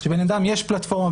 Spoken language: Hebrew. שיש פלטפורמה,